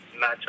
match